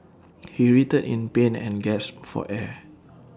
he writhed in pain and gasped for air